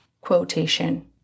quotation